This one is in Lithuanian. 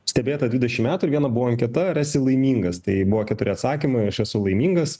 stebėta dvidešim metų ir viena buvo anketa ar esi laimingas tai buvo keturi atsakymai aš esu laimingas